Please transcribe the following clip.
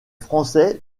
français